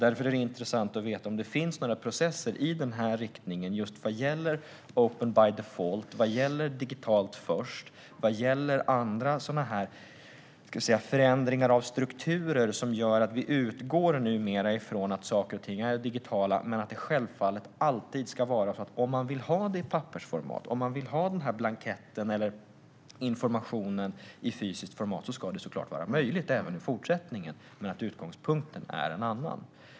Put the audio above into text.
Därför är det intressant att få veta om det finns några processer i denna riktning just vad gäller open by default, vad gäller digitalt först och vad gäller andra förändringar av strukturer som gör att vi numera utgår från att saker och ting är digitala men att det självfallet alltid ska vara så att om man vill ha det i pappersformat - om man vill ha denna blankett eller information i fysiskt format - ska det vara möjligt även i fortsättningen men att utgångspunkten är en annan.